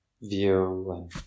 view